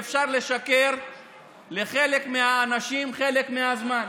שאפשר לשקר לחלק מהאנשים חלק מהזמן,